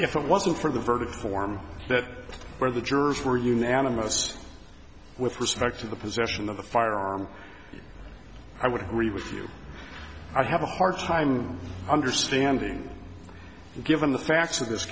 if it wasn't for the verdict form that where the jurors were unanimous with respect to the possession of a firearm i would agree with you i have a hard time understanding given the facts of this